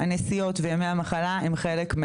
הנסיעות וימי המחלה הן חלק,